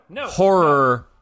horror